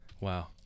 Wow